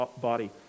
body